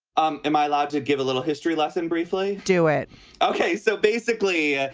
um am i allowed to give a little history lesson? briefly do it ok so basically,